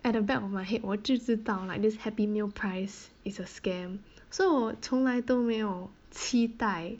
at a back of my head 我就知道 like this happy meal price is a scam so 我从来都没有期待